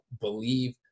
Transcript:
believe